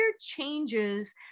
changes